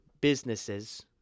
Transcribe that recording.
businesses